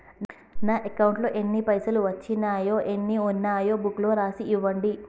నా అకౌంట్లో ఎన్ని పైసలు వచ్చినాయో ఎన్ని ఉన్నాయో బుక్ లో రాసి ఇవ్వండి?